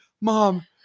Mom